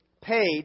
paid